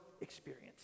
experience